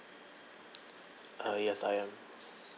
ah yes I am